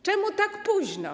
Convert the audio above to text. Czemu tak późno?